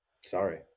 Sorry